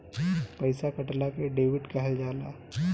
पइसा कटला के डेबिट कहल जाला